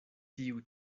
tiu